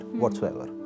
whatsoever